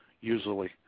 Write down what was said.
usually